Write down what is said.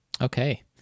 Okay